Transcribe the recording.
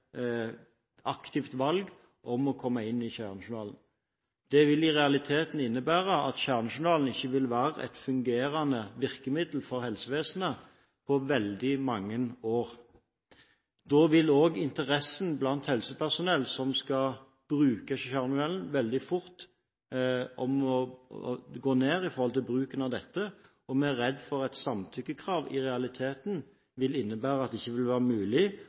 å komme inn i kjernejournalen. Det vil i realiteten innebære at kjernejournalen ikke vil fungere som virkemiddel for helsevesenet på veldig mange år. Da vil også interessen blant helsepersonell som skal bruke kjernejournalen, veldig fort synke med hensyn til nettopp å bruke den. Vi er redd for at samtykkekravet i realiteten vil innebære at det kanskje ikke noensinne vil være mulig